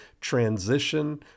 transition